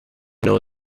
know